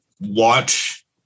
watch